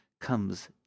comes